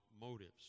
motives